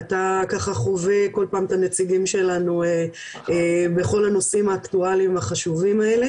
אתה חווה כל פעם את הנציגים שלנו בכל הנושאים האקטואליים החשובים האלה.